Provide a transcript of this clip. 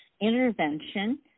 intervention